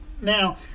now